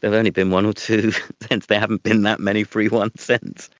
there have only been one or two since, there haven't been that many free ones since.